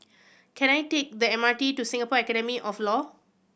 can I take the M R T to Singapore Academy of Law